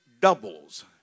doubles